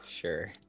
Sure